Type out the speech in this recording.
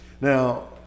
Now